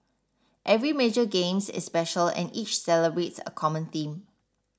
every major games is special and each celebrates a common theme